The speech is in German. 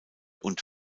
und